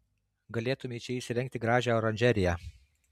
galėtumei čia įsirengti gražią oranžeriją